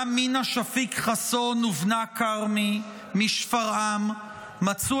גם מינא שפיק חסון ובנה כרמי משפרעם מצאו